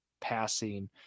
passing